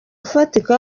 ufatika